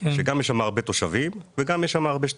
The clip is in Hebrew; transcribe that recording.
שיש בהן גם הרבה תושבים וגם הרבה שטחים.